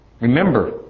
Remember